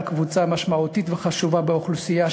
על קבוצה משמעותית וחשובה באוכלוסייה,